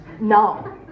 No